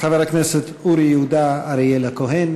חבר הכנסת אורי יהודה אריאל הכהן.